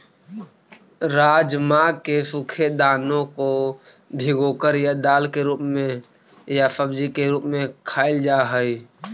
राजमा के सूखे दानों को भिगोकर या दाल के रूप में या सब्जी के रूप में खाईल जा हई